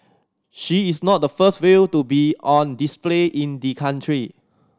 she is not the first whale to be on display in the country